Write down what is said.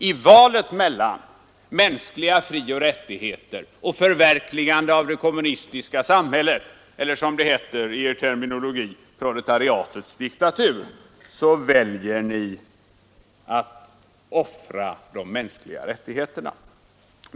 I valet mellan mänskliga frioch rättigheter och förverkligande av det kommunistiska samhället — eller, som det heter med er terminologi: proletariatets diktatur — väljer ni att offra de mänskliga rättigheterna.